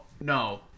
no